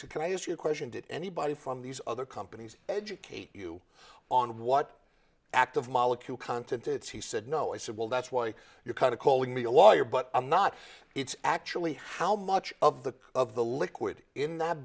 said can i use your question did anybody from these other companies educate you on what active molecule content it's he said no i said well that's why you're kind of calling me a lawyer but i'm not it's actually how much of the of the liquid in that